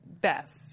best